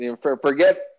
forget